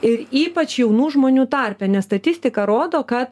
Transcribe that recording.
ir ypač jaunų žmonių tarpe nes statistika rodo kad